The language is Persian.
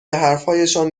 حرفهایشان